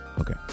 Okay